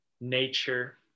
nature